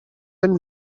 and